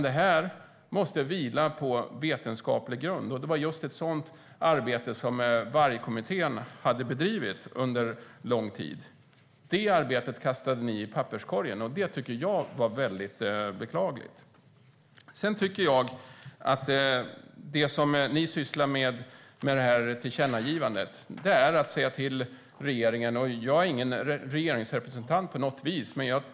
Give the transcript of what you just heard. Det här måste vila på vetenskaplig grund. Det var just ett sådant arbete som Vargkommittén hade bedrivit under lång tid. Det arbetet kastade ni i papperskorgen, och det tycker jag var väldigt beklagligt. Det som ni sysslar med i och med det här tillkännagivandet är att säga till regeringen - och jag är inte på något vis en regeringsrepresentant - vad den får göra innan den ens har kommit med ett förslag.